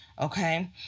okay